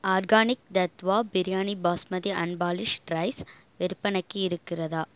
organic Tattva biryani basmati unpolished rice விற்பனைக்கு இருக்கிறதா